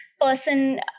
person